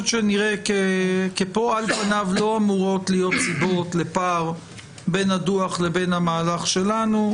פה על פניו לא אמורות להיות סיבות לפער בין הדוח לבין המהלך שלנו.